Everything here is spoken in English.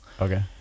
Okay